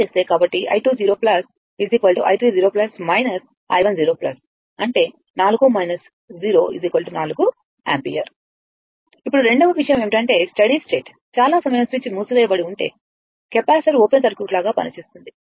కాబట్టిi20 i3 0 i10 అంటే 4 0 4 ampere ఇప్పుడు రెండవ విషయం ఏమిటంటే స్టడీ స్టేట్ చాలా సమయం స్విచ్ మూసివేయబడి ఉంటే కెపాసిటర్ ఓపెన్ సర్క్యూట్ లాగా పనిచేస్తుంది